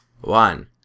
One